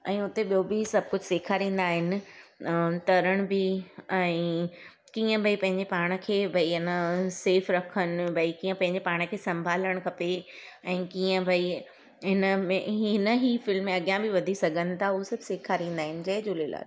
ऐं उते ॿियों बि सभु कुझु सिखारींदा आहिनि ऐं तरण बि ऐं कीअं भई पंहिंजे पाण खे भई अञा सेफ रखनि भई कीअं पंहिंजे पाण खे संभालणु खपे ऐं कीअं भई इनमें इनई फील्ड में अॻियां बि वधी सघनि था उह सभु सिखारींदा आहिनि जय झूलेलाल